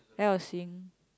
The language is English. ya was seeing